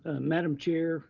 ah madam chair,